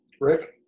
Rick